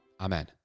Amen